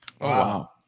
wow